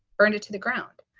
burned it to the ground.